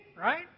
right